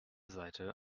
seite